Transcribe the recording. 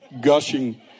gushing